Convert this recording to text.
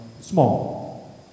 small